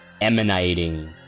emanating